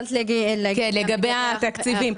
התחלת להגיד לגבי החברה הערבית.